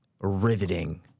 riveting